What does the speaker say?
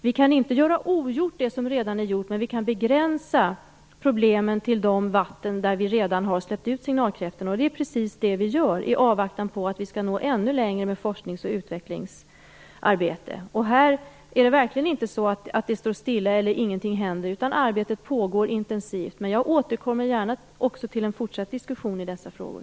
Vi kan inte göra ogjort det som redan är gjort, men vi kan begränsa problemen till de vatten där vi redan har släppt ut signalkräftorna. Det är precis det vi gör i avvaktan på att vi skall nå ännu längre med forsknings och utvecklingsarbete. Här är det verkligen inte så att det står stilla eller att ingenting händer, utan arbetet pågår intensivt. Men jag återkommer också gärna till en fortsatt diskussion i dessa frågor.